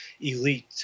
elite